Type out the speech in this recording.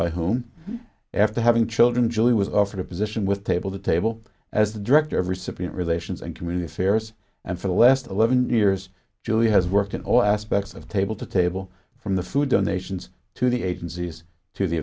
by whom after having children julie was offered a position with table to table as the director of recipient relations and community fairs and for the last eleven years julie has worked in all aspects of table to table from the food donations to the agencies to the